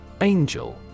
Angel